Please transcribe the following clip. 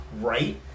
right